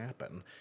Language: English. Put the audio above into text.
happen